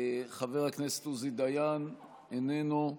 חבר הכנסת עוזי דיין, איננו,